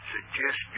Suggest